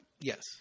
Yes